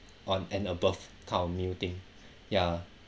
on and above kind of new thing ya